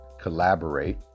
collaborate